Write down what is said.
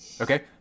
okay